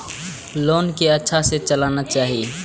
Loan के अच्छा से चलाना चाहि?